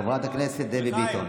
חברת הכנסת דבי ביטון.